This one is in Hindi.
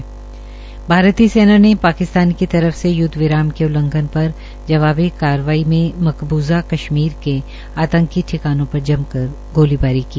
भारतीय सेना ने पाकिस्तान की तरफ से युद्ध विराम के उल्लंघन पर जवाबी कार्यवाही में बकबूज़ा क भीर के आतंकी ठिकानों पर जम कर गोलीबारी की